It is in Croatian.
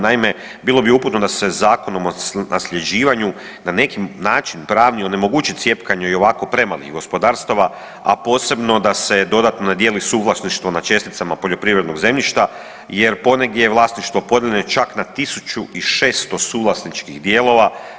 Naime, bilo bi uputno da se Zakonom o nasljeđivanju na neki način pravni onemogući cjepkanju i ovako premalih gospodarstava, a posebno da se dodatno ne dijeli suvlasništvo na česticama poljoprivrednog zemljišta jer ponegdje vlasništvo podijeljeno čak na 1600 suvlasničkih dijelova.